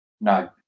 No